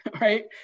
right